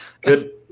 Good